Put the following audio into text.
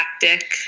tactic